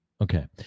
Okay